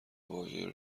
واژه